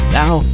now